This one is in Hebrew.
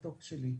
מתוק שלי.